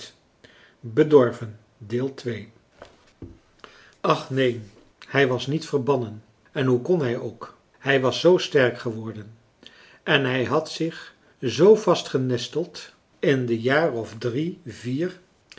ach neen hij was niet verbannen en hoe kon hij ook hij was zoo sterk geworden en hij had zich zoo vastgenesteld in de jaar of drie vier